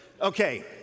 Okay